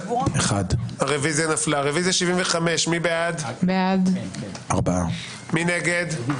הצבעה בעד, 2 נגד,